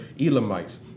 Elamites